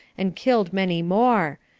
and killed many more,